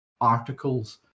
articles